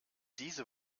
diese